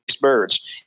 birds